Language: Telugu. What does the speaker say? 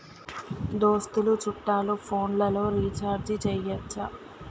దోస్తులు చుట్టాలు ఫోన్లలో రీఛార్జి చేయచ్చా?